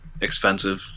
expensive